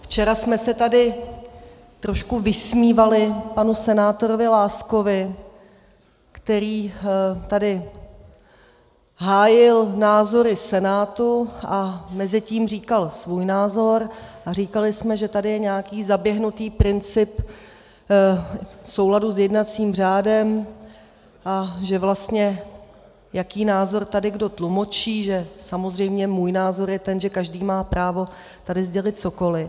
Včera jsme se tady trošku vysmívali panu senátorovi Láskovi, který tady hájil názory Senátu a mezi tím říkal svůj názor, a říkali jsme, že tady je nějaký zaběhnutý princip v souladu s jednacím řádem a že vlastně jaký názor tady kdo tlumočí, že samozřejmě můj názor je ten, že každý má právo tady sdělit cokoli.